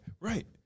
Right